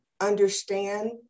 understand